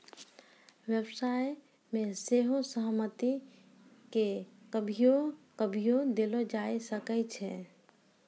व्यवसाय मे सेहो सहमति के कभियो कभियो देलो जाय सकै छै